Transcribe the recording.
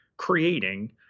creating